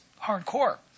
hardcore